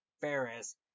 Ferris